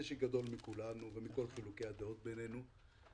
שגדול מכולנו ומכל חילוקי הדעות בינינו.